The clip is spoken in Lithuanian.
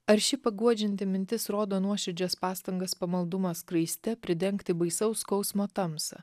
ar ši paguodžianti mintis rodo nuoširdžias pastangas pamaldumo skraiste pridengti baisaus skausmo tamsą